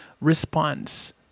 response